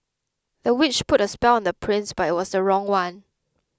the witch put a spell on the prince but it was the wrong one